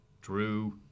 Drew